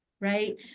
right